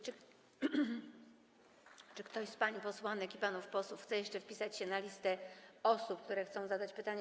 Czy ktoś z pań posłanek i panów posłów chce jeszcze wpisać się na listę osób, które chcą zadać pytanie?